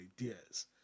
ideas